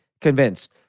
convinced